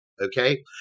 Okay